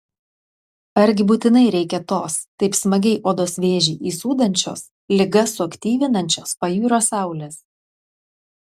argi būtinai reikia tos taip smagiai odos vėžį įsūdančios ligas suaktyvinančios pajūrio saulės